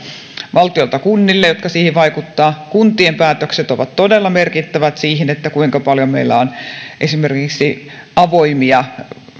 valtiolta kunnille ja jotka siihen vaikuttavat on yksi osa mistä voidaan keskustella paljonkin kuntien päätökset ovat todella merkittävät siinä kuinka paljon meillä on esimerkiksi avoimia